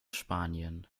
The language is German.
spanien